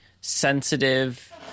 sensitive